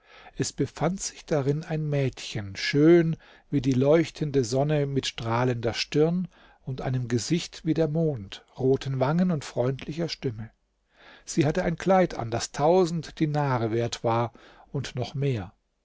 es befand sich darin ein mädchen schön wie die leuchtende sonne mit strahlender stirn und einem gesicht wie der mond roten wangen und freundlicher stimme sie hatte ein kleid an das tausend dinare wert war und noch mehr